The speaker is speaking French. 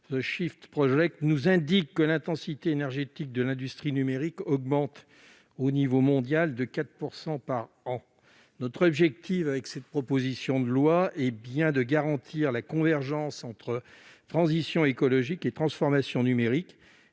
The Shift Project indiquent que l'intensité énergétique de l'industrie numérique augmente au niveau mondial de 4 % par an. L'objectif de cette proposition de loi est de garantir la convergence entre la transition écologique et la transformation numérique